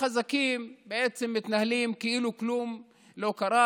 החזקים מתנהלים כאילו כלום לא קרה,